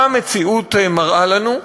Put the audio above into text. מה המציאות מראה לנו?